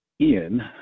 Ian